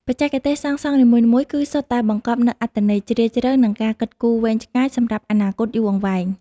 បច្ចេកទេសសាងសង់នីមួយៗគឺសុទ្ធតែបង្កប់នូវអត្ថន័យជ្រាលជ្រៅ និង ការគិតគូរវែងឆ្ងាយសម្រាប់អនាគតយូរអង្វែង។